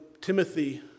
Timothy